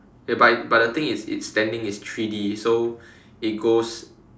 but but the thing is it's standing is three D so it goes